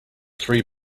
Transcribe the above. three